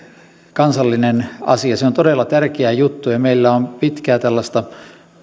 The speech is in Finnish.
kansallinen asia se on todella tärkeä juttu ja meillä on pitkää tällaista